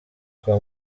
kwa